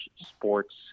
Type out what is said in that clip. sports